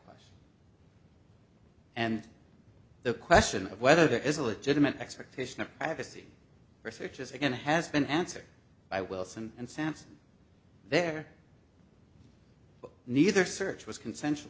stack and the question of whether there is a legitimate expectation of privacy for searches again has been answered by wilson and sampson there but neither search was consensual